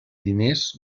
diners